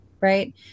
right